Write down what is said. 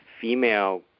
female